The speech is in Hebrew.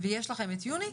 ויש לכם את יוני?